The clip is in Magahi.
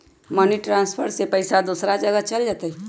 मनी ट्रांसफर से दूसरा जगह पईसा चलतई?